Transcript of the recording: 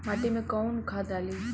माटी में कोउन खाद डाली?